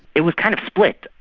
it was kind of split.